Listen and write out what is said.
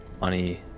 money